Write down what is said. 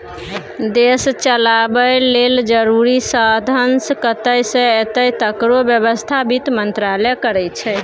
देश चलाबय लेल जरुरी साधंश कतय सँ एतय तकरो बेबस्था बित्त मंत्रालय करै छै